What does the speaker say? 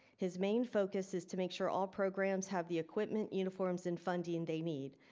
his main focus is to make sure all programs have the equipment, uniforms and funding they need.